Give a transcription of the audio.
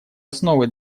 основы